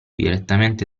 direttamente